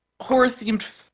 horror-themed